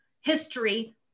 history